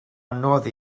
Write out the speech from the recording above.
anodd